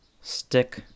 stick